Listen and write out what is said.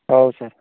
ହଉ ସାର୍